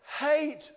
hate